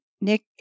Nick